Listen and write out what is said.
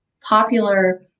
popular